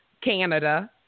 Canada